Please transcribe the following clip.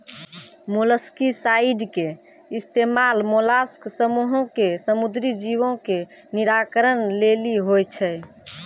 molluscicide के इस्तेमाल mollusc समूहो के समुद्री जीवो के निराकरण लेली होय छै